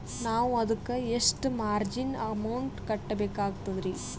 ನಾವು ಅದಕ್ಕ ಎಷ್ಟ ಮಾರ್ಜಿನ ಅಮೌಂಟ್ ಕಟ್ಟಬಕಾಗ್ತದ್ರಿ?